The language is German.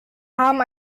haben